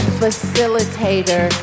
facilitator